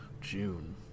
June